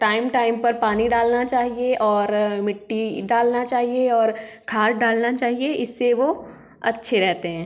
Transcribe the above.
time time पर पानी डालना चाहिए और मिट्टी डालना चाहिए और खाद डालना चाहिए इससे वो अच्छे रहते हैं